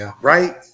right